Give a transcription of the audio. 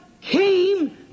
came